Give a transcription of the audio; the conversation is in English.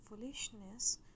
foolishness